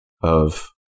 of-